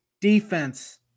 Defense